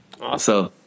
Awesome